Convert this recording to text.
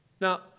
Now